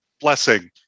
blessing